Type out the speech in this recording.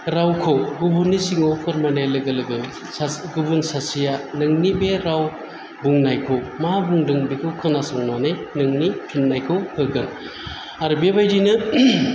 रावखौ गुबुननि सिगाङाव फोरमायनाय लोगो लोगो गुबुन सासेया नोंनि बे राव बुंनायखौ मा बुंदों बेखौ खोनासंनानै नोंनि फिननायखौ होगोन आराे बेबादिनो